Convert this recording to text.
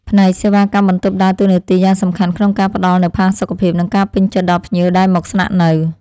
ផ្នែកសេវាកម្មបន្ទប់ដើរតួនាទីយ៉ាងសំខាន់ក្នុងការផ្តល់នូវផាសុកភាព និងការពេញចិត្តដល់ភ្ញៀវដែលមកស្នាក់នៅ។